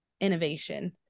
innovation